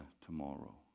tomorrow